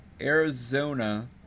Arizona